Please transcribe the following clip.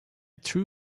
true